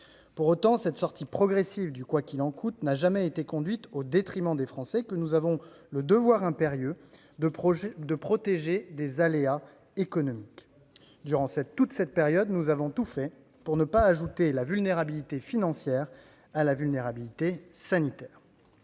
Pour autant, cette sortie progressive du « quoi qu'il en coûte » n'a jamais été conduite au détriment des Français, que nous avons le devoir impérieux de protéger des aléas économiques. Durant cette période, nous avons tout fait pour ne pas ajouter la vulnérabilité financière à la vulnérabilité sanitaire.